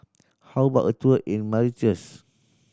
how about a tour in Mauritius